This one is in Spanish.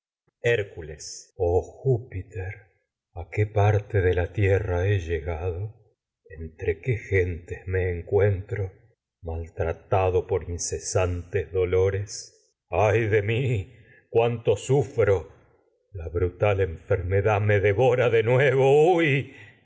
hércules oh júpiter a qué parte de la tierra he llegado entre qué gentes me encuentro maltrata por do incesantes dolores enfermedad me ay de mi cuánto sufro la nuevo brutal devora de huy